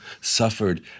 suffered